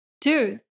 dude